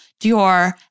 Dior